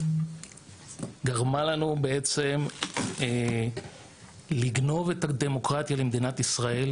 גרמה לנו בעצם לגנוב את הדמוקרטיה למדינת ישראל.